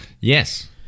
Yes